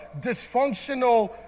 dysfunctional